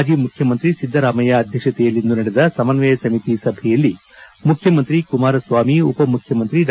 ಮಾಜಿ ಮುಖ್ಯಮಂತ್ರಿ ಸಿದ್ದರಾಮಯ್ಯ ಅಧ್ಯಕ್ಷತೆಯಲ್ಲಿಂದು ನಡೆದ ಸಮನ್ವಯ ಸಮಿತಿ ಸಭೆಯಲ್ಲಿ ಮುಖ್ಯಮಂತ್ರಿ ಕುಮಾರಸ್ವಾಮಿ ಉಪಮುಖ್ಯಮಂತ್ರಿ ಡಾ